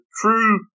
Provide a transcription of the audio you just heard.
true